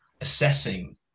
assessing